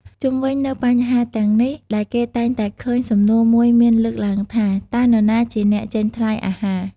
ជុំវិញនៅបញ្ហាទាំងនេះដែរគេតែងតែឃើញសំណួរមួយមានលើកឡើងថា "តើនរណាជាអ្នកចេញថ្លៃអាហារ?"។